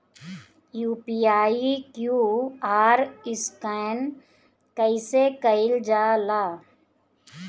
UPI QR scan कइसे कईल जा ला?